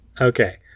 Okay